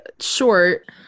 short